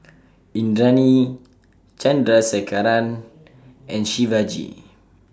Indranee Chandrasekaran and Shivaji